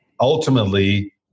Ultimately